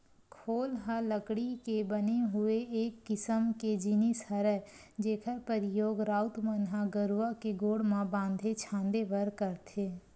खोल ह लकड़ी के बने हुए एक किसम के जिनिस हरय जेखर परियोग राउत मन ह गरूवा के गोड़ म बांधे छांदे बर करथे